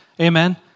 Amen